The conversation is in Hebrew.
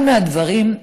אחד הדברים,